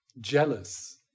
jealous